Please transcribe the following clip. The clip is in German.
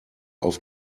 auf